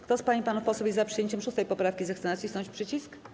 Kto z pań i panów posłów jest za przyjęciem 6. poprawki, zechce nacisnąć przycisk.